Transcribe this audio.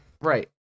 right